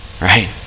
right